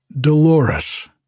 Dolores